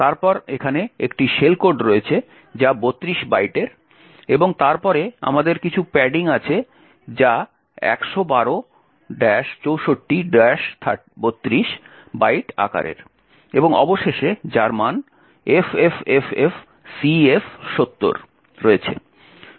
তারপরে এখানে একটি শেল কোড রয়েছে যা 32 বাইটের এবং তারপরে আমাদের কিছু প্যাডিং আছে যা 112 64 32 বাইট আকারের এবং অবশেষে যার মান FFFFCF70 রয়েছে